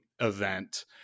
event